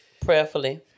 Prayerfully